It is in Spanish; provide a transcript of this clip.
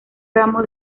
ramo